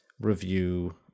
review